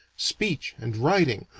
speech, and writing,